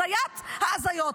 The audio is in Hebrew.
הזיית ההזיות.